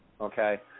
Okay